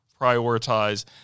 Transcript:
prioritize